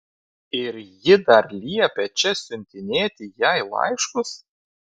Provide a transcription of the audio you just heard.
ir ji dar liepia čia siuntinėti jai laiškus